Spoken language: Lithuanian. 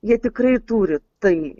jie tikrai turi tai